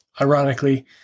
ironically